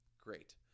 Great